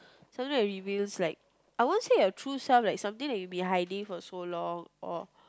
something that reveals I won't say your true self but something you've been hiding for so long or